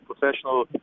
professional